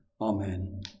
Amen